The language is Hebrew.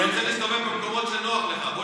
אתה רוצה להסתובב במקומות שנוח לך.